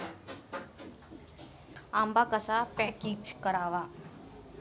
आंबा कसा पॅकेजिंग करावा?